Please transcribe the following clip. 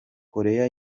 korea